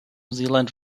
zealand